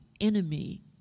enemy